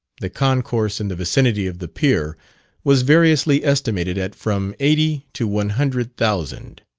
the concourse in the vicinity of the pier was variously estimated at from eighty to one hundred thousand.